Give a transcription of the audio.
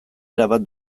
erabat